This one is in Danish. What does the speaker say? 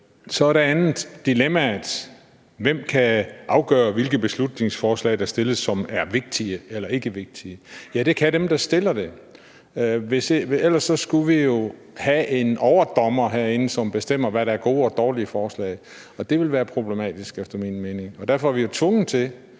Så er der det andet, dilemmaet: Hvem kan afgøre, hvilke beslutningsforslag der fremsættes, som er vigtige eller ikke vigtige? Ja, det kan dem, der fremsætter det. Ellers skulle vi jo have en overdommer herinde, som bestemmer, hvad der er gode og dårlige forslag, og det ville efter min mening være problematisk. Derfor er vi jo tvunget til